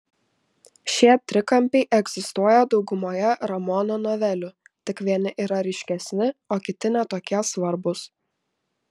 šie trikampiai egzistuoja daugumoje ramono novelių tik vieni yra ryškesni o kiti ne tokie svarbūs